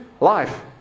life